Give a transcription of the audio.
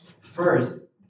First